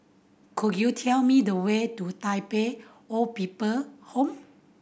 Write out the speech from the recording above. could you tell me the way to Tai Pei Old People Home